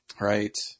right